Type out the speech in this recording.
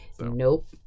Nope